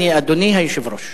אני "אדוני היושב-ראש".